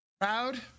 Proud